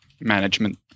management